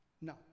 No